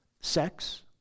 sex